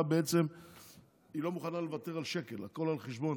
בעצם לא מוכנה לוותר על שקל והכול על חשבון